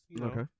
Okay